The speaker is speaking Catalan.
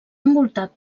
envoltat